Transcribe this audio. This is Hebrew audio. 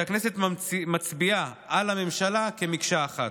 שבו הכנסת מצביעה על הממשלה כמקשה אחת.